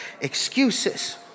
Excuses